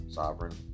sovereign